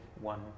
one